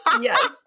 Yes